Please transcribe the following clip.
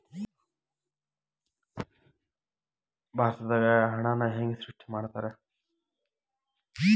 ಭಾರತದಾಗ ಹಣನ ಹೆಂಗ ಸೃಷ್ಟಿ ಮಾಡ್ತಾರಾ